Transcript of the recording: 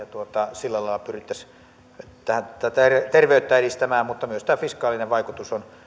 sillä lailla pyrittäisiin tätä terveyttä edistämään mutta myös tämä fiskaalinen vaikutus on